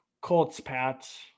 Colts-Pats